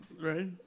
Right